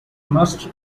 must